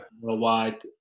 worldwide